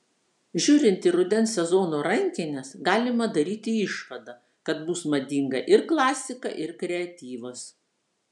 žiūrint į rudens sezono rankines galima daryti išvadą kad bus madinga ir klasika ir kreatyvas